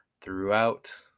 throughout